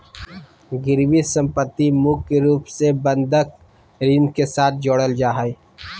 गिरबी सम्पत्ति मुख्य रूप से बंधक ऋण के साथ जोडल जा हय